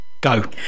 go